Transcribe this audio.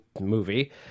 movie